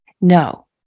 No